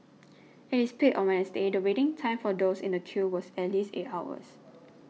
at its peak on Wednesday the waiting time for those in the queue was at least eight hours